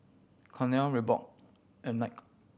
Cornell Reebok and Knight